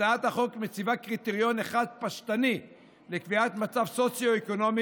הצעת החוק מציבה קריטריון אחד פשטני לקביעת מצב סוציו-אקונומי,